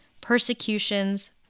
persecutions